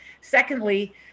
Secondly